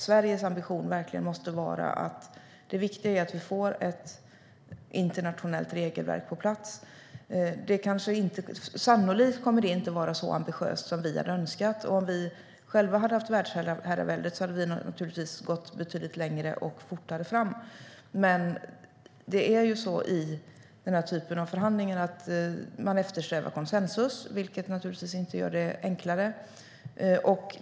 Sveriges ambition måste verkligen vara att vi får ett internationellt regelverk på plats. Sannolikt kommer det inte att bli så ambitiöst som vi önskar. Om vi själva hade haft världsherraväldet hade vi naturligtvis gått betydligt längre och fortare fram. Men i den här typen av förhandlingar eftersträvar man konsensus, vilket naturligtvis inte gör det enklare.